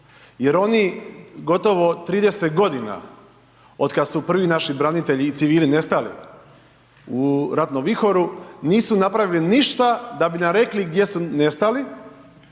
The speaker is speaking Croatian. jer oni gotovo 30 godina od kad su prvi naši branitelji i civili nestali u ratnom vihoru nisu napravili ništa da bi nam rekli gdje su nestali,